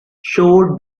showed